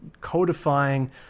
codifying